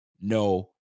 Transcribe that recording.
no